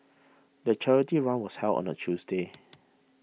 the charity run was held on a Tuesday